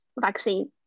vaccine